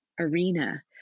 arena